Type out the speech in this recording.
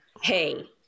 hey